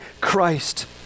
Christ